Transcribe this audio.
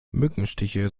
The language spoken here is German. mückenstiche